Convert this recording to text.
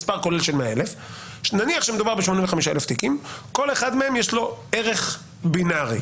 100,000. לכל אחד מהם יש ערך בינארי: